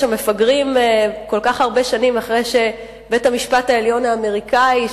מפגרים כל כך הרבה שנים אחרי שבית-המשפט העליון האמריקני,